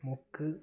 மூக்கு